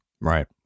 Right